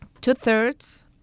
two-thirds